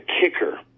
kicker